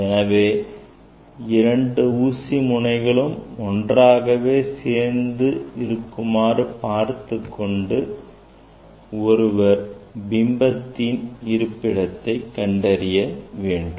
எனவே இரண்டு ஊசி முனைகளும் ஒன்றாகவே சேர்ந்து இருக்குமாறு பார்த்துக்கொண்டு ஒருவர் பிம்பத்தின் இருப்பிடத்தை கண்டறிய வேண்டும்